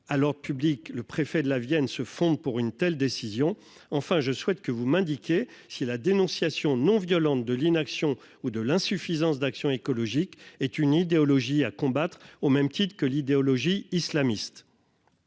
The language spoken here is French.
leur public. Le préfet de la Vienne se fonde pour une telle décision. Enfin, je souhaite que vous m'indiquer si la dénonciation non-violente de l'inaction ou de l'insuffisance d'action écologique est une idéologie à combattre au même titre que l'idéologie islamiste.